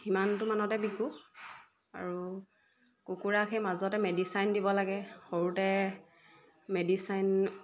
সিমানটো মানতে বিকো আৰু কুকুৰাক সেই মাজতে মেডিচাইন দিব লাগে সৰুতে মেডিচাইন